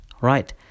right